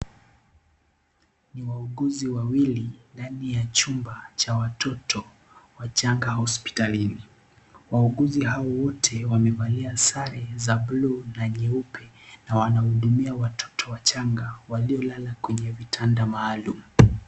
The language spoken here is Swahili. NI wauguzi wawili ndani ya chumba cha watoto wachanga hospitalini. Wauguzi hao wote wamevalia sare za bluu na nyeupe na wanahudumia watoto wachanga waliolala kwenye vitanda maalum.